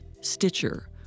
Stitcher